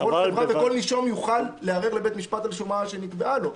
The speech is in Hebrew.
כל נישום יוכל לערער לבית משפט על שומה שנקבעה לו,